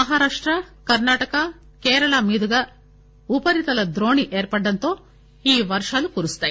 మహారాష్ట కర్ణాటక కేరళ మీదుగా ఉపరితల ద్రోణి ఏర్పడడంతో ఈ వర్షాలు కురుస్తాయి